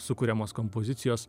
sukuriamos kompozicijos